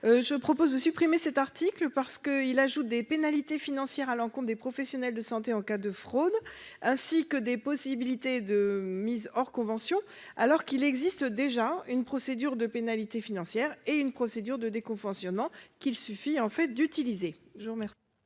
je propose de supprimer cet article parce que il ajoute des pénalités financières allant compte des professionnels de santé, en cas de fraude ainsi que des possibilités de mise hors convention alors qu'il existe déjà une procédure de pénalité financière et une procédure de déconventionnement qu'il suffit en fait d'utiliser,